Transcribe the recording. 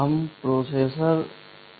हम processor mode के साथ शुरू करते हैं